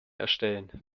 erstellen